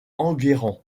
enguerrand